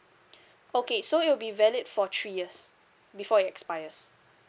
okay so it'll be valid for three years before it expires